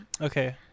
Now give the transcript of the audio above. Okay